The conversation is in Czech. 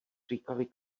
říkali